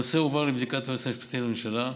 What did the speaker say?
הנושא הועבר לבדיקת היועץ המשפטי לממשלה,